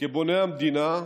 כבונה המדינה,